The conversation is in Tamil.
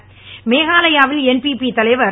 ் மேகாலயாவில் என்பிபி தலைவர் திரு